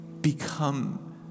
become